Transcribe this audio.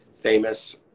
famous